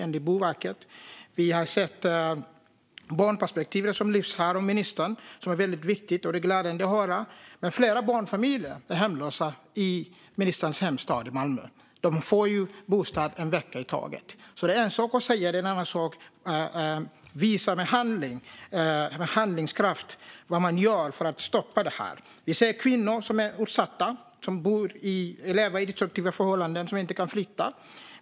Vi ser barnperspektivet, som är viktigt och som ministern lyfte upp, vilket är glädjande att höra. Men flera barnfamiljer är hemlösa i ministerns hemstad Malmö och får bostad en vecka i taget. Det är en sak att prata och en annan att visa med handlingskraft vad man gör för att stoppa detta. Vi ser kvinnor som är utsatta, som lever i destruktiva förhållanden och som inte kan flytta.